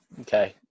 Okay